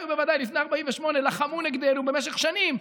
ובוודאי לפני 48' לחמו נגדנו במשך שנים,